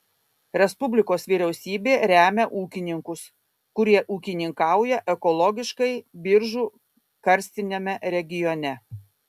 respublikos vyriausybė remia ūkininkus kurie ūkininkauja ekologiškai biržų karstiniame regione